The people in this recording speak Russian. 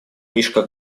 мишка